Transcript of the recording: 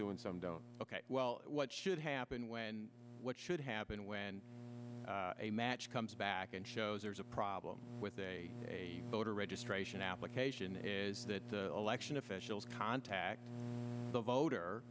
and some don't ok well what should happen when what should happen when a match comes back and shows there's a problem with a voter registration application is that election officials contact the voter